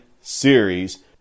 series